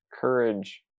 courage